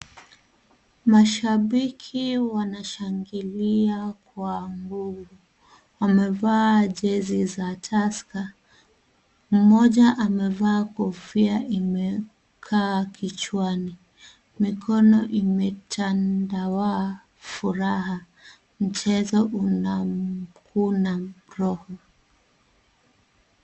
Mashabiki wanashangilia kwa nguvu. Wamevaa jezi za Tusker. Mmoja amevaa kofia imekaa kichwani. Mikono imetandawaa furaha. Mchezo unamkuna roho.